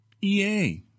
EA